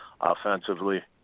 offensively